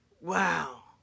wow